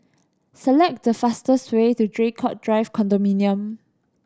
select the fastest way to Draycott Drive Condominium